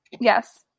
Yes